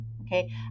okay